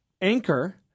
anchor